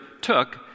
took